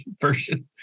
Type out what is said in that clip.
version